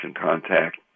contact